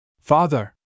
Father